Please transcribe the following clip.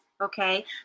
okay